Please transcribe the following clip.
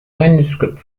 manuscript